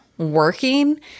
working